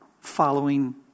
following